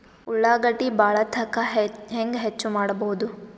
ಉಳ್ಳಾಗಡ್ಡಿ ಬಾಳಥಕಾ ಹೆಂಗ ಹೆಚ್ಚು ಮಾಡಬಹುದು?